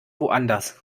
woanders